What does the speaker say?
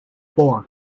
four